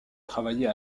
travailler